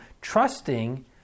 trusting